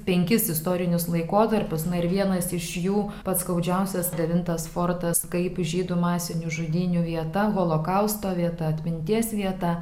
penkis istorinius laikotarpius na ir vienas iš jų pats skaudžiausias devintas fortas kaip žydų masinių žudynių vieta holokausto vieta atminties vieta